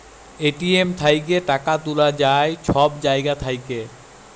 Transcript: ATM থ্যাইকে টাকা তুলা যায় ছব জায়গা থ্যাইকে